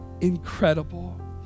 incredible